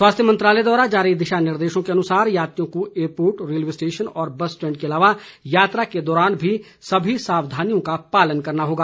स्वास्थ्य मंत्रालय द्वारा जारी दिशा निर्देशों के अनुसार यात्रियों को एयरपोर्ट रेलवे स्टेशन और बस स्टेंड के अलावा यात्रा के दौरान भी सभी सावधानियों का पालन करना होगा